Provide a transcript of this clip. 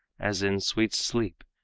as in sweet sleep,